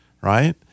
right